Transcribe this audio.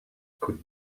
could